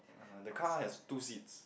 uh the cars has two seats